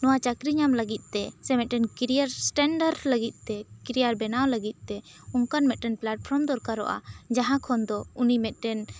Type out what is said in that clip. ᱱᱚᱣᱟ ᱪᱟᱹᱠᱨᱤ ᱧᱟᱢ ᱞᱟᱹᱜᱤᱫ ᱛᱮ ᱥᱮ ᱢᱤᱫᱴᱮᱱ ᱠᱮᱨᱤᱭᱟᱨ ᱥᱴᱮᱱᱰᱟᱨ ᱞᱟᱹᱜᱤᱫ ᱛᱮ ᱠᱮᱨᱤᱭᱟᱨ ᱵᱮᱱᱟᱣ ᱞᱟᱹᱜᱤᱫ ᱛᱮ ᱚᱱᱠᱟᱱ ᱢᱤᱫ ᱴᱟᱱ ᱯᱞᱟᱴᱯᱷᱨᱚᱢ ᱫᱚᱨᱠᱟᱨᱚᱜᱼᱟ ᱢᱟᱦᱟᱸ ᱠᱷᱚᱱ ᱫᱚ ᱩᱱᱤ ᱢᱤᱫᱴᱮᱱ